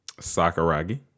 Sakuragi